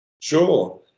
Sure